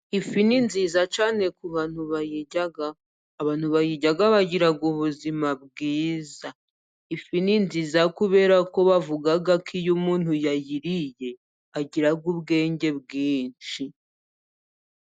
Ifi ni nziza cyane ku bantu bayirya, abantu bayijya bagira ubuzima bwiza. Ifi ni nziza，kubera ko bavuga ko iyo umuntu yayiriye， agira ubwenge bwinshi.